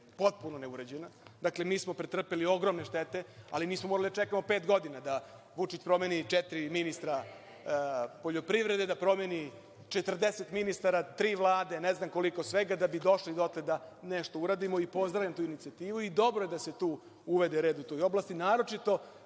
potpuno neuređena. Dakle, mi smo pretrpeli ogromne štete, ali nismo morali da čekamo pet godina da Vučić promeni četiri ministra poljoprivrede, da promeni 40 ministara, tri vlade, ne znam koliko svega, da bi došli dotle da nešto uradimo i pozdravljam tu inicijativu. Dobro je da se tu uvede red u toj oblasti, naročito